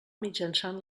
mitjançant